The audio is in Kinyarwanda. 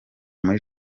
muri